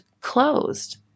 closed